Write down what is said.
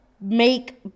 make